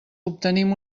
obtenim